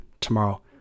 tomorrow